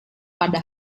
pada